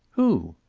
who?